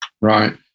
right